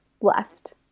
left